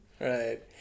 Right